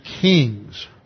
kings